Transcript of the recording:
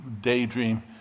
daydream